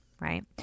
Right